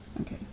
Okay